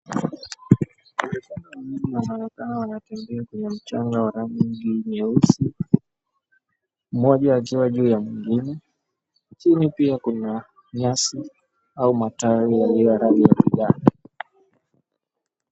Matembezi ya mchanga wa rangi nyeusi, mmoja ikiwa juu ya mwengine chini pia kuna nyasi au matawi yaliyo ya rangi ya kijani.